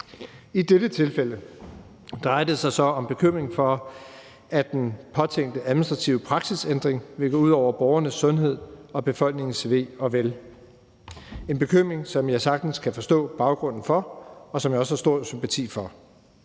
I dette tilfælde drejer det sig så om bekymringen for, at den påtænkte administrative praksisændring vil gå ud over borgernes sundhed og befolkningens ve og vel – en bekymring, som jeg sagtens kan forstå baggrunden for, og som jeg også har stor sympati for.